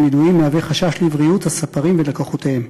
ידועים מהווה חשש לבריאות הספרים ולקוחותיהם.